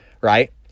right